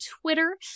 Twitter